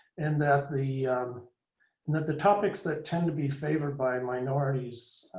and that the and that the topics that tend to be favored by minorities